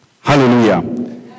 Hallelujah